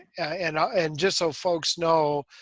and ah and just so folks know,